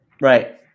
Right